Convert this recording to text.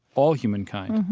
all humankind.